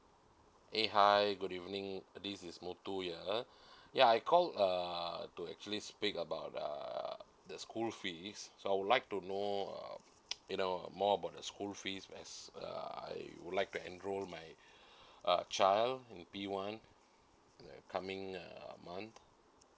hey hi good evening this is muthu here ya I call uh to actually speak about uh the school fees so I would like to know uh you know more about the school fees that's uh I would like to enroll my uh child would be one in the coming uh month